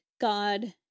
God